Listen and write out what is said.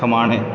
ਖਮਾਣੇ